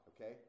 okay